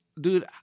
Dude